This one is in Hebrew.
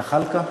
זחאלקה.